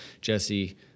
Jesse